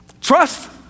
Trust